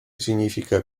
significa